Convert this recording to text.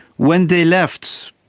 when they left,